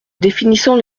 définissant